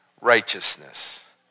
righteousness